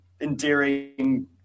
endearing